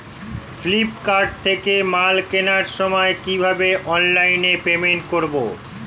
Flipkart থেকে মাল কেনার সময় কিভাবে অনলাইনে পেমেন্ট করব?